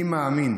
אני מאמין,